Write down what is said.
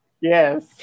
Yes